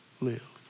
live